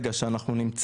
כסרא עם 9,000 תושבים,